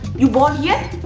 you born here?